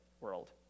world